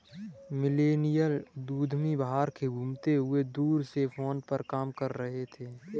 millennial उद्यमी बाहर घूमते हुए दूर से फोन पर काम कर रहे हैं